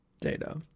data